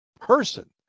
person